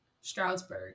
Stroudsburg